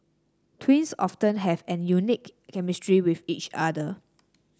twins often have an unique chemistry with each other